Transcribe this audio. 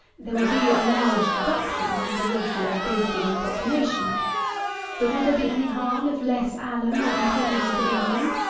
there would be a large deduction from the regular baking population but would there be any harm if less alum were imported into england,